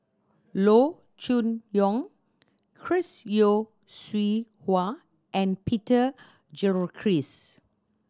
Loo Choon Yong Chris Yeo Siew Hua and Peter Gilchrist